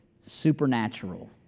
supernatural